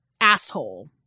asshole